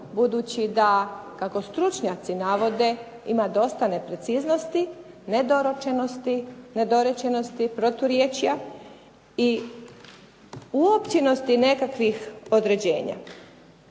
budući da kako stručnjaci navode ima dosta nepreciznosti, nedorečenosti, proturječja i uopćenosti nekakvih određenja.